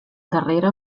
darrera